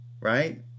right